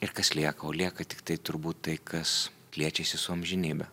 ir kas lieka o lieka tiktai turbūt tai kas liečiasi su amžinybe